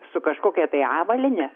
su kažkokia tai avalyne